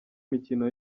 mikino